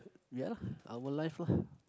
ya lah our life lah